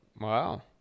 Wow